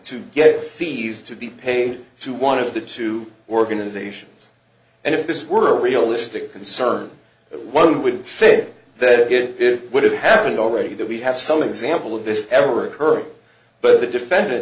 fees to be paid to one of the to organizations and if this were a realistic concern one would fit that it would have happened already that we have some example of this ever occur but the defendant